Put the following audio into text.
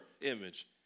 image